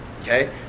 Okay